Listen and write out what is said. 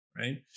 right